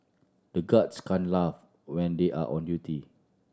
the guards can't laugh when they are on duty